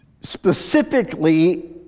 Specifically